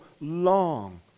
long